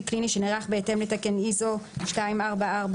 לפחות,"תקן 24442 ISO" תקן ISO מספר 2442 בענייןCosmetics,